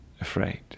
afraid